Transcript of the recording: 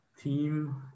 team